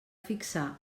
fixar